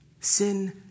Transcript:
Sin